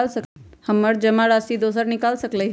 हमरा जमा राशि दोसर आदमी निकाल सकील?